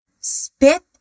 Spit